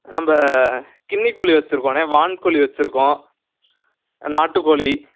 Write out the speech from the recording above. நம்ப கின்னிக்கோழி வச்சிருக்கோண்ணே வான்கோழி வச்சிருக்கோம் ஆ நாட்டுக்கோழி